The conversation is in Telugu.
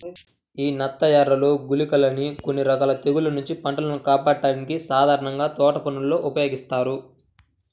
యీ నత్తఎరలు, గుళికలని కొన్ని రకాల తెగుల్ల నుంచి పంటను కాపాడ్డానికి సాధారణంగా తోటపనుల్లో ఉపయోగిత్తారు